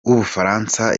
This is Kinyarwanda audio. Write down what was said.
w’ubufaransa